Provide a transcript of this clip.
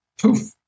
Poof